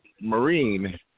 Marine